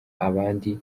abandi